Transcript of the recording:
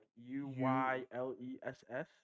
U-Y-L-E-S-S